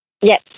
Yes